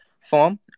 form